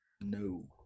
No